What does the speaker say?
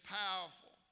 powerful